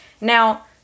Now